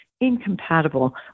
incompatible